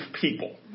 people